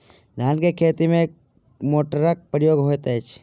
धान केँ खेती मे केँ मोटरक प्रयोग होइत अछि?